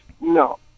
No